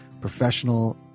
professional